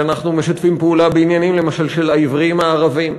ואנחנו משתפים פעולה למשל בעניינים של העיוורים הערבים,